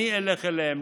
אני אלך אליהם,